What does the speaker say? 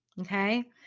Okay